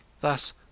thus